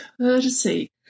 courtesy